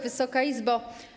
Wysoka Izbo!